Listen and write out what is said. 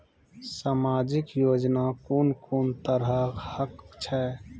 समाजिक योजना कून कून तरहक छै?